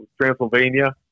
Transylvania